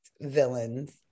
villains